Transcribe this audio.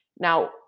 Now